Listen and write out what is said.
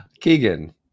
Keegan